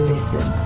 Listen